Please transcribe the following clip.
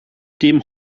dem